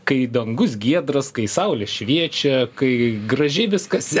kai dangus giedras kai saulė šviečia kai gražiai viskas